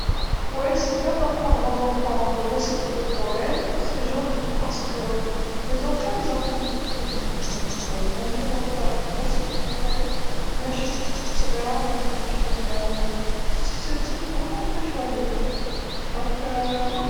أيه مليحه نعلمو ولادنا يقولو أشعار، هي مليحه على خاطرش الأطفال يحفظو بالخف، إذا من الأفضل نحفظوهم الأشعار، أنا شفيت ككنت صغيرا كنت نحفظ، كانت صح تفرح إذا.